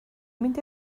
mynd